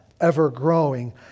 ever-growing